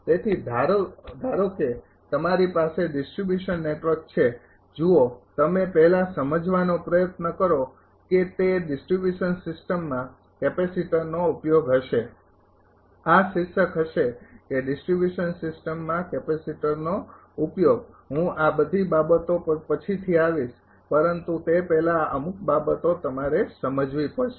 તેથી ધારો કે તમારી પાસે ડિસ્ટ્રિબ્યુશન નેટવર્ક છે જુઓ તમે પહેલા સમજવાનો પ્રયત્ન કરો કે તે ડિસ્ટ્રિબ્યુશન સિસ્ટમમાં કેપેસિટરનો ઉપયોગ હશે આ શીર્ષક હશે કે ડિસ્ટ્રિબ્યુશન સિસ્ટમમાં કેપેસિટરનો ઉપયોગ હું આ બધી બાબતો પર પછીથી આવીશ પરંતુ તે પહેલાં અમુક બાબતો તમારે સમજવી પડશે